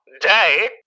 day